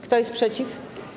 Kto jest przeciw?